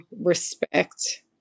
respect